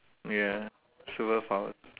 ya superpowers